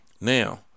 Now